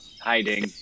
hiding